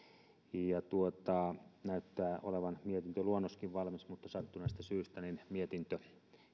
ja näyttää olevan mietintöluonnoskin valmis mutta sattuneesta syystä mietintö